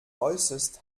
äußerst